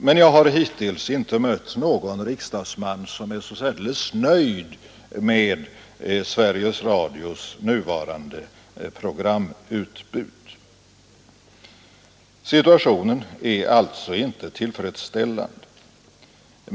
Men jag har hittills inte mött någon riksdagsman som är så särdeles nöjd med Sveriges Radios nuvarande programutbud. Situationen är alltså inte tillfredsställande.